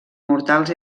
mortals